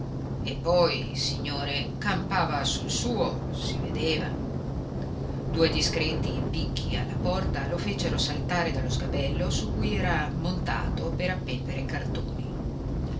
e poi signore campava sul suo si vedeva due discreti picchi alla porta lo fecero saltare dallo sgabello su cui era montato per appendere i cartoni